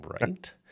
right